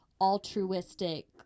altruistic